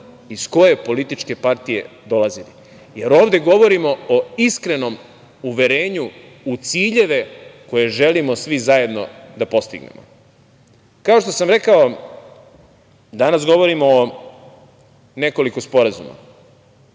iz koje političke partije dolazili, jer ovde govorimo o iskrenom uverenju u ciljeve koje želimo svi zajedno da postignemo. Kao što sam rekao, danas govorimo o nekoliko sporazuma.